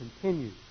continues